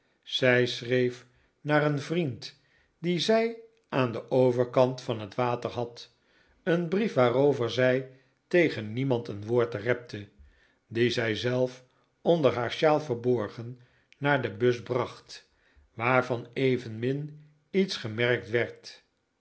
zij schreef naar een vriend dien zij aan den overkant van het water had een brief waarover zij tegen niemand een woord repte dien zij zelf onder haar sjaal verborgen naar de bus bracht waarvan evenmin iets gemerkt werd